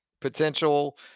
potential